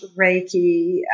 Reiki